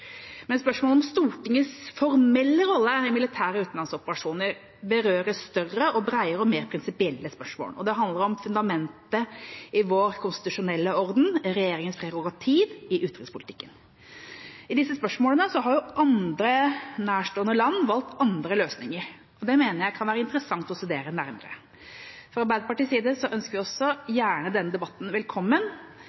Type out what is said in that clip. Men spørsmålet om Stortingets formelle rolle i militære utenlandsoperasjoner berører større, bredere og mer prinsipielle spørsmål. Det handler om fundamentet i vår konstitusjonelle orden, regjeringas prerogativ i utenrikspolitikken. I disse spørsmålene har andre nærstående land valgt andre løsninger. Det mener jeg kan være interessant å studere nærmere. Fra Arbeiderpartiets side ønsker vi også